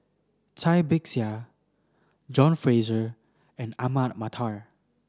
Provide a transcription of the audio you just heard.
Cai Bixia John Fraser and Ahmad Mattar